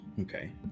Okay